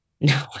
No